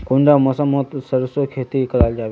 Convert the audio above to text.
कुंडा मौसम मोत सरसों खेती करा जाबे?